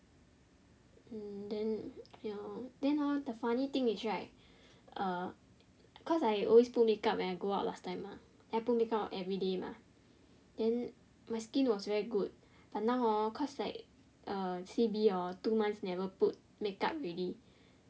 mm then ya lor then hor the funny thing is right er cause I always put makeup when I go out last time mah then I put make up everyday mah then my skin was very good but now hor cause like C_B hor two months never put makeup already